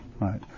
right